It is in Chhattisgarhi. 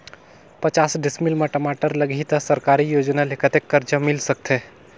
पचास डिसमिल मा टमाटर लगही त सरकारी योजना ले कतेक कर्जा मिल सकथे?